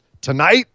tonight